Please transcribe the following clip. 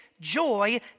joy